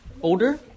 Older